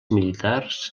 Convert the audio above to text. militars